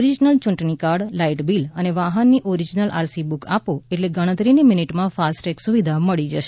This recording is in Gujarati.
ઓરિજિનલ યૂંટણીકાર્ડ લાઈટ બીલ અને વાહનની ઓરિજિનલ આરસી બુક આપો એટલે ગણતરીની મિનિટમાં ફાસ્ટટેગ સુવિધા મળી જશે